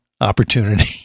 opportunity